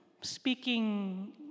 speaking